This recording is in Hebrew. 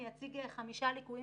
אני אציג חמישה ליקויים